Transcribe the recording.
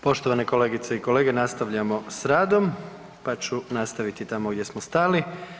Poštovane kolegice i kolege nastavljamo s radom pa ću nastaviti tamo gdje smo stali.